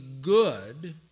good